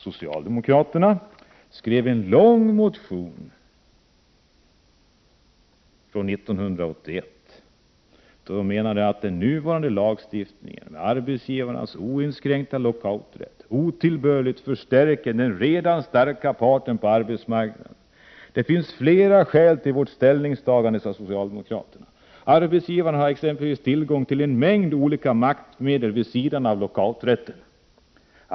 Socialdemokraterna väckte 1981 en lång motion, där de framhöll att den gällande lagstiftningen med arbetsgivarnas oinskränkta lockouträtt otillbörligt stärker den redan starka parten på arbetsmarknaden. Det finns flera skäl till vårt ställningstagande, skrev socialdemokraterna. Arbetsgivarna har exempelvis tillgång till en mängd olika maktmedel vid sidan av lockouträtten.